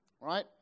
Right